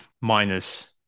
minus